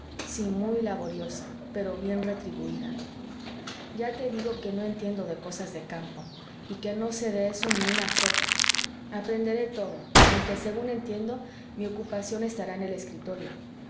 sí muy laboriosa pero bien retribuida ya te digo que no entiendo de cosas de campo y que no sé de eso ni una jota aprenderé todo aunque según entiendo mi ocupación estará en el escritorio